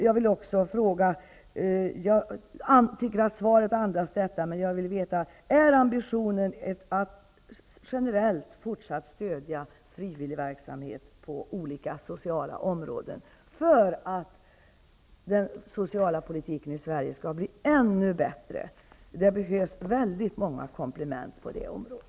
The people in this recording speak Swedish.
Jag vill också fråga, även om svaret andas detta: Är ambitionen att generellt fortsätta att stödja frivilligverksamhet på olika sociala områden, för att den sociala politiken i Sverige skall bli ännu bättre? Det behövs många komplement på det området.